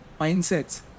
mindsets